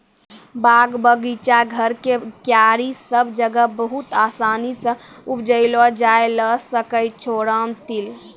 बाग, बगीचा, घर के क्यारी सब जगह बहुत आसानी सॅ उपजैलो जाय ल सकै छो रामतिल